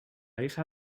hija